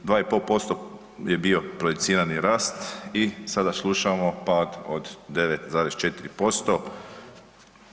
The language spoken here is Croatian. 2,5% je bio projicirani rast i sada slušamo pad od 9,4%